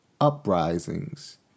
uprisings